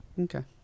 Okay